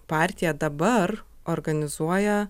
partija dabar organizuoja